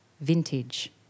Vintage